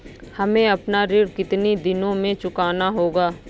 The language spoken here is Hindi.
हमें अपना ऋण कितनी दिनों में चुकाना होगा?